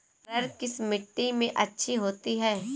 अरहर किस मिट्टी में अच्छी होती है?